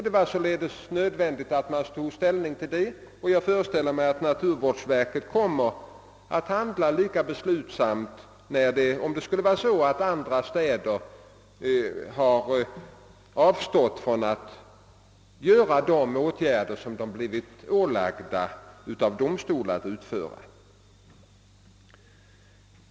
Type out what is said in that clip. Det var således nödvändigt att ta ställning till saken, och jag föreställer mig att naturvårdsverket kommer att handla lika beslutsamt, om det visar sig att andra städer icke har vidtagit de åtgärder som de blivit ålagda av domstol.